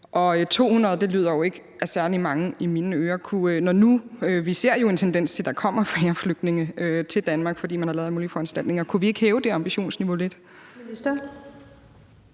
få. 200 lyder jo ikke af særlig mange i mine ører. Når vi nu ser en tendens til, at der kommer færre flygtninge til Danmark, fordi man har lavet alle mulige foranstaltninger, kunne vi så ikke hæve det ambitionsniveau lidt?